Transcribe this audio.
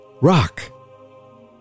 rock